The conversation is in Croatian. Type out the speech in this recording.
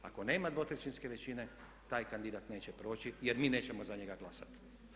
Ako nema dvotrećinske većine taj kandidat neće proći jer mi nećemo za njega glasati.